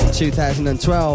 2012